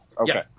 Okay